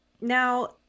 Now